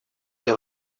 для